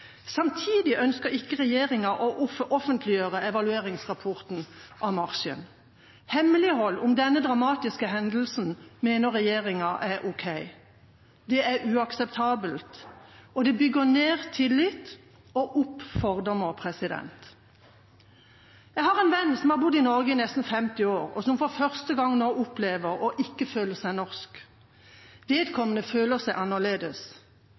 Samtidig ønsker ikke regjeringa å offentliggjøre evalueringsrapporten om marsjen. Hemmelighold av denne dramatiske hendelsen mener regjeringa er ok. Det er uakseptabelt, og det bygger ned tillit og opp fordommer. Jeg har en venn som har bodd i Norge i nesten 50 år, og som for første gang nå opplever å ikke føle seg norsk. Vedkommende føler seg annerledes